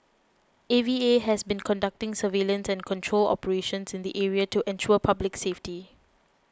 A V A has been conducting surveillance and control operations in the area to ensure public safety